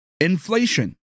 Inflation